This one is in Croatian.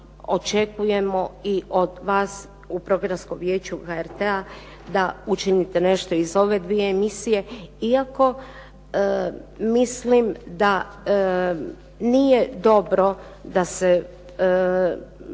očekujemo i od vas u programskom Vijeću HRT-a da učinite nešto i za ove 2 emisije iako mislim da nije dobro da se